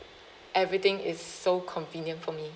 everything is so convenient for me